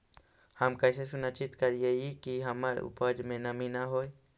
हम कैसे सुनिश्चित करिअई कि हमर उपज में नमी न होय?